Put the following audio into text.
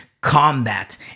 combat